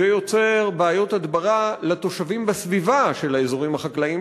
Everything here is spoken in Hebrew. זה יוצר בעיות הדברה לתושבים בסביבה של האזורים החקלאיים,